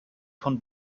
von